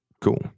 cool